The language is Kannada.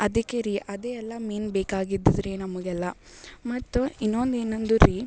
ಅದಕ್ಕೆ ರೀ ಅದೇ ಎಲ್ಲ ಮೇನ್ ಬೇಕಾಗಿದಿದ್ದು ರೀ ನಮಗೆಲ್ಲ ಮತ್ತು ಇನ್ನೊಂದು ಏನಂದು ರೀ